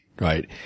right